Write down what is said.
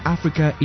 Africa